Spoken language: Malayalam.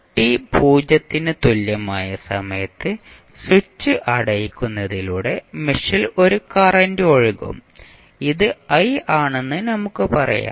T 0 ന് തുല്യമായ സമയത്ത് സ്വിച്ച് അടയ്ക്കുന്നതിലൂടെ മെഷിൽ ഒരു കറന്റ് ഒഴുകും ഇത് i ആണെന്ന് നമുക്ക് പറയാം